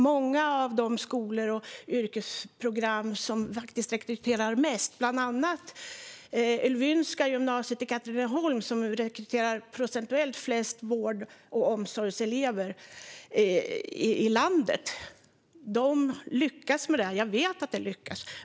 Många av de skolor och yrkesprogram som faktiskt rekryterar mest, bland annat Ellwynska skolan i Katrineholm, som rekryterar procentuellt flest vård och omsorgselever i landet, lyckas med det.